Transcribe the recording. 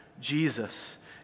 Jesus